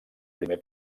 primer